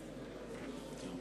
הרגיל: